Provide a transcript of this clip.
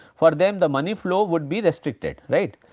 for them the money flow would be restricted right.